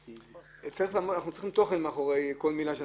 שיהיה תוכן מאחורי כל מילה.